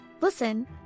listen